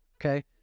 Okay